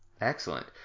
Excellent